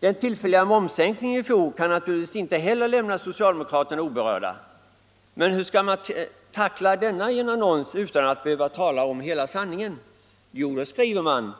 Den tillfälliga momssänkningen i fjol kan naturligtvis inte heller lämna socialdemokraterna oberörda. Men hur skall man tackla denna i en annons utan att behöva tala om hela sanningen? Jo, då skriver man